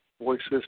voices